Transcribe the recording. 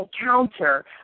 encounter